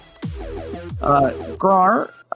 Grar